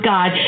God